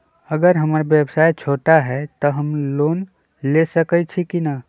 अगर हमर व्यवसाय छोटा है त हम लोन ले सकईछी की न?